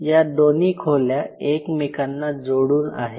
या दोन्ही खोल्या एकमेकांना जोडून आहेत